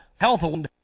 Health